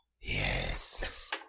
yes